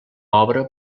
obra